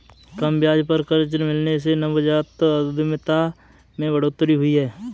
कम ब्याज पर कर्ज मिलने से नवजात उधमिता में बढ़ोतरी हुई है